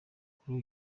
kuri